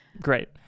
great